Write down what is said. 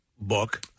book